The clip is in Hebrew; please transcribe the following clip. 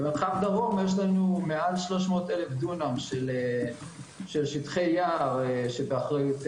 במרחב דרום יש לנו מעל 300 אלף דונם של שטחי יער שבאחריותנו,